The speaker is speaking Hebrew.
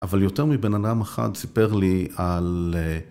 אבל יותר מבן אדם אחד סיפר לי על...